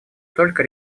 только